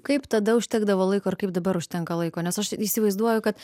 kaip tada užtekdavo laiko ir kaip dabar užtenka laiko nes aš įsivaizduoju kad